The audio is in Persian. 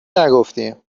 نگفتیم